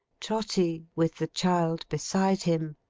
trotty, with the child beside him,